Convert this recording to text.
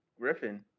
griffin